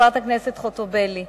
חברת הכנסת חוטובלי.